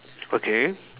okay